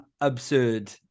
absurd